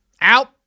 Out